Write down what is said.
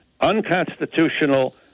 unconstitutional